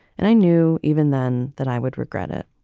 and i knew even then that i would regret it.